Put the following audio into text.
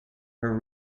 her